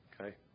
Okay